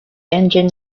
engine